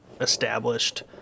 established